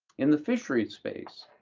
in the fishery space,